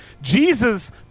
Jesus